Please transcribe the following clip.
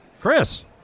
Chris